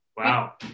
Wow